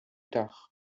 tard